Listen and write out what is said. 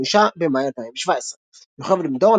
5 במאי 2017 יוכבד בן דור,